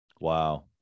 Wow